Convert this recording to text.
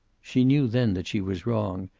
she knew then that she was wrong,